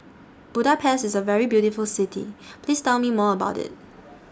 Budapest IS A very beautiful City Please Tell Me More about IT